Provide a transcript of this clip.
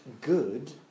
good